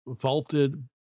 vaulted